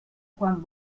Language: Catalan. quan